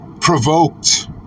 provoked